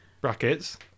Brackets